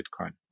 Bitcoin